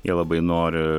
jie labai nori